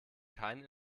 kein